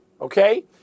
okay